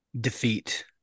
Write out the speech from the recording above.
defeat